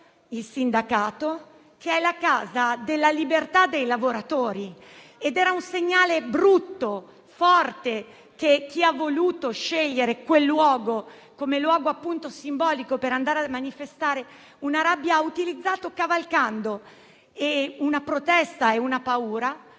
il sindacato, che è la casa della libertà dei lavoratori. È stato un segnale brutto e forte che chi ha voluto scegliere quello come luogo simbolico per andare a manifestare la propria rabbia, ha utilizzato cavalcando la protesta e la paura